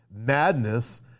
madness